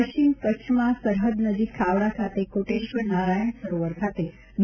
પશ્ચિમ કચ્છમાં સરહદ નજીક ખાવડા ખાતે કોટેશ્વર નારાયણ સરોવર ખાતે બી